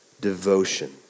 devotion